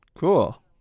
Cool